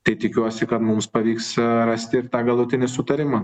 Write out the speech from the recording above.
tai tikiuosi kad mums pavyks rasti ir tą galutinį sutarimą